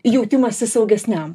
jautimąsi saugesniam